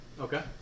Okay